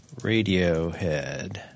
Radiohead